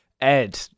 Ed